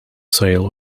sale